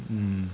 mm